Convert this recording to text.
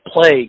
play